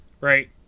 right